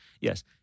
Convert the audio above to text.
Yes